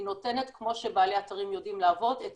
היא נותנת כמו שבעלי אתרים יודעים לעבוד את